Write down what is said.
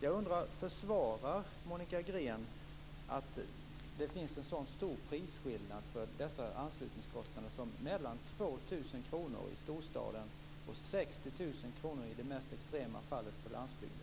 Jag undrar: Försvarar Monica Green att det finns en så stor prisskillnad för dessa anslutningskostnader som mellan 2 000 kr i storstaden och 60 000 kr i det mest extrema fallet på landsbygden?